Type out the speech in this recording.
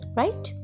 right